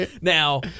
Now